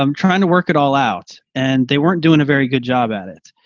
um trying to work it all out, and they weren't doing a very good job at it.